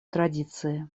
традиции